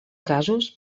casos